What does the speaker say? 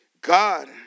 God